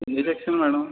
A section madam